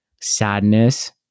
sadness